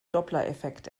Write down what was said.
dopplereffekt